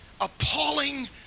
appalling